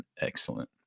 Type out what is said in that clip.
excellent